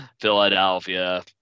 Philadelphia